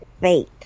faith